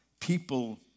People